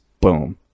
boom